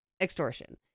extortion